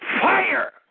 fire